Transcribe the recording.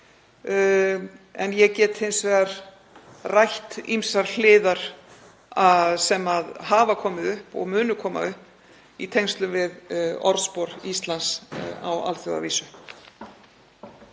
Ég get hins vegar rætt ýmsar hliðar sem hafa komið upp og munu koma upp í tengslum við orðspor Íslands á alþjóðavísu.